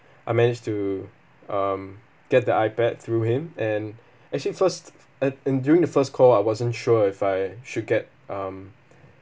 I managed to um get the iPad through him and actually first at and during the first call I wasn't sure if I should get um